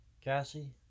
Cassie